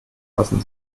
lassen